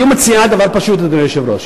היא מציעה דבר פשוט, אדוני היושב-ראש.